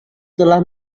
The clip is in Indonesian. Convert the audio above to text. telah